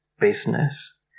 business